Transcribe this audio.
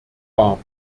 war